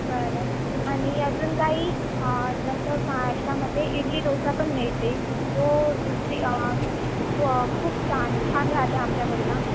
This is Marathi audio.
बरं आणि अजून काही तसं महाराष्ट्रामध्ये इडली दोसा पण मिळते जो दुसरी खूप छान छान राहते आमच्याकडला